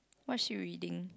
what's she reading